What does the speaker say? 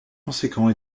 conséquent